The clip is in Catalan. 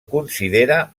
considera